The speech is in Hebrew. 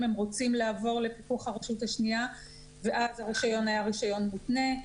הם רוצים לעבור לפיקוח הרשות השניה ואז הרישיון היה רישיון מותנה.